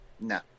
No